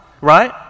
right